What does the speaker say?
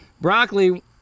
broccoli